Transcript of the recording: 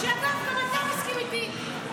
מסתבר שגם אתה מסכים איתי.